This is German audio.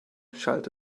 schallte